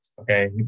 okay